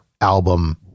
album